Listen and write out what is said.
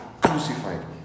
crucified